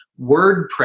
WordPress